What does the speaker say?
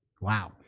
Wow